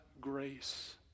grace